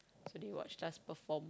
to watch us perform